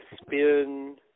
spin